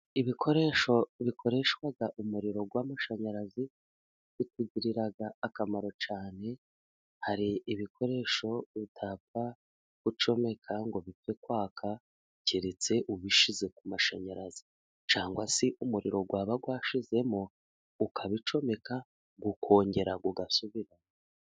Ibikoresho bikoreshwa umuriro w'amashanyarazi, bitugirira akamaro cyane, hari ibikoresho utapfa gucomeka ngo bipfe kwaka, keretse ubishyize ku mashanyarazi. Cyangwa se umuriro waba washizemo, ukabicomeka, ukongera ugasubira.